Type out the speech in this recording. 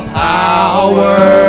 power